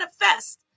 manifest